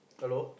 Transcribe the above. hello